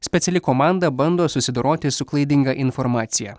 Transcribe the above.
speciali komanda bando susidoroti su klaidinga informacija